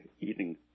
eating